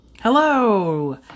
Hello